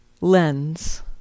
lens